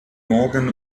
morgen